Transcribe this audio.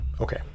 okay